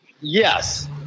yes